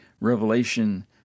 Revelation